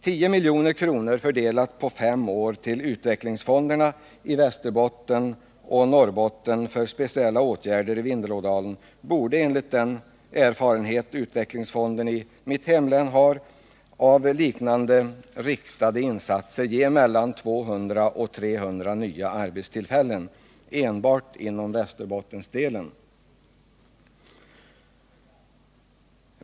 10 milj.kr., fördelade på fem år, till utvecklingsfonderna i Västerbotten och Norrbotten för speciella åtgärder i Vindelådalen, borde — enligt den erfarenhet som utvecklingsfonden i mitt hemlän har av liknande riktade insatser — kunna ge mellan 200 och 300 nya arbetstillfällen enbart inom Västerbottensdelen.